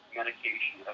medication